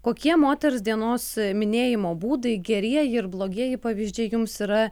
kokie moters dienos minėjimo būdai gerieji ir blogieji pavyzdžiai jums yra